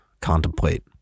contemplate